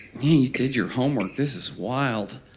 you did your homework. this is wild.